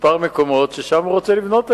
כמה מקומות ששם הוא רוצה לבנות היום.